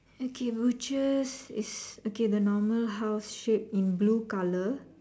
okay butchers is okay the normal house shape in blue colour